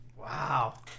Wow